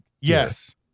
Yes